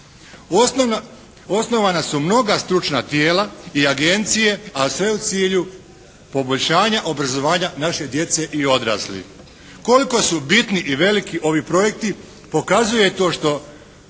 Osnovana su mnoga stručna tijela i agencije a sve u cilju poboljšanja obrazovanja naše djece i odraslih. Koliko su bitni i veliki ovi projekti pokazuje to što